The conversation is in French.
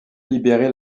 libérer